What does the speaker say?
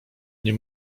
nie